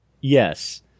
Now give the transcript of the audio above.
Yes